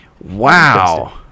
Wow